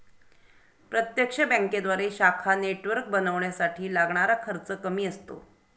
प्रत्यक्ष बँकेद्वारे शाखा नेटवर्क बनवण्यासाठी लागणारा खर्च कमी असतो